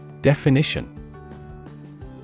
Definition